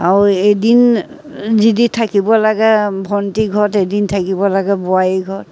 আৰু এদিন যদি থাকিব লাগে ভণ্টীৰ ঘৰত এদিন থাকিব লাগে বোৱাৰী ঘৰত